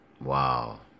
Wow